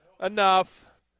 Enough